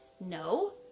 No